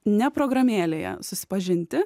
ne programėlėje susipažinti